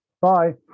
Bye